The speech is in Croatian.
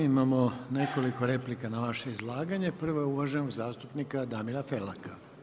Imamo nekoliko replika na vaše izlaganje, prva je uvaženog zastupnika Damira Felaka.